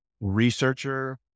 researcher